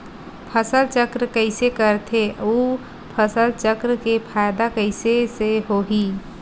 फसल चक्र कइसे करथे उ फसल चक्र के फ़ायदा कइसे से होही?